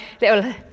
little